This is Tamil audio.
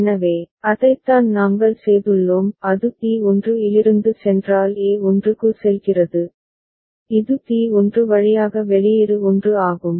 எனவே அதைத்தான் நாங்கள் செய்துள்ளோம் அது T1 இலிருந்து சென்றால் A1 க்கு செல்கிறது இது T1 வழியாக வெளியீடு 1 ஆகும்